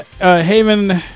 Haven